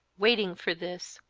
waiting for this,